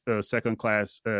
second-class